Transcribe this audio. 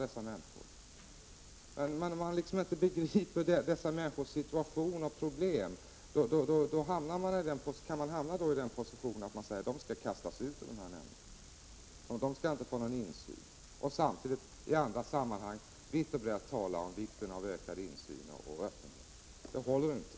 Om man inte begriper hur dessa människors situation och problem ser ut, kan man alltså hamna i den positionen att man säger att de skall kastas ut ur dessa nämnder och inte ha någon insyn, samtidigt som man i andra sammanhang vitt och brett talar om vikten av ökad insyn och öppenhet. Det håller inte.